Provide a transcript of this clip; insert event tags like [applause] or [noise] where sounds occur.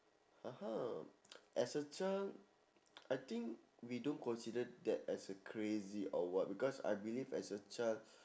(uh huh) [noise] as a child I think we don't consider that as a crazy or what because I believe as a child